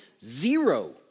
zero